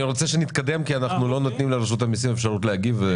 אני רוצה שנתקדם כי אנחנו לא נותנים לרשות המיסים אפשרות להגיב.